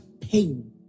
pain